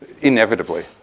inevitably